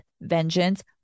vengeance